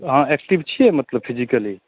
अहाँ एक्टिव छिए मतलब फिजिकली